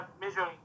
measuring